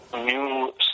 New